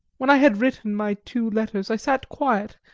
when i had written my two letters i sat quiet,